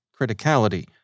criticality